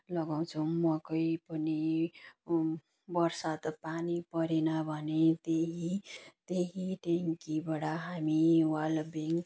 लगाउँछौँ मकै पनि वर्षा पानी परेन भने त्यही त्यही ट्याङ्कीबाट हामी